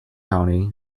county